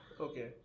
Okay